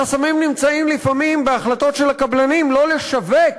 החסמים נמצאים לפעמים בהחלטות של הקבלנים לא לשווק